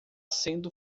sendo